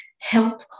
help